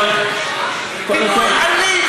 כנראה אין לך מה להגיד לגופו של עניין.